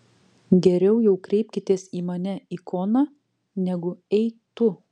geriau jau kreipkitės į mane ikona negu ei tu